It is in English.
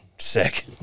sick